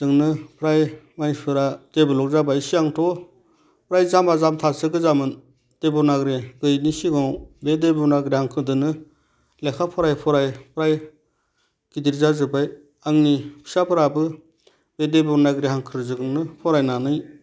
जोंनो फ्राय मानसिफोरा डेभल्प जाबाय सिगांथ' फ्राय जामबा जामथासो गोजामोन देब'नागिरि गैयैनि सिगाङाव बे देब'नागिरि हांखोजोंनो लेखा फराय फराय फ्राय गिदिर जाजोब्बाय आंनि फिसाफोराबो बे देब'नागिरि हांखोजोंनो फरायनानै